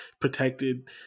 protected